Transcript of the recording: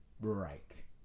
break